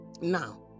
Now